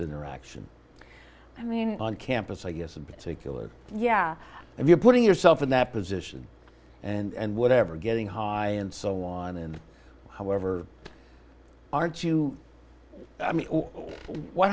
interaction i mean on campus i guess in particular yeah if you're putting yourself in that position and whatever getting high and so on and however aren't you i mean what